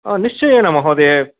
आ निश्चयेन महोदये